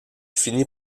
finit